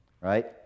right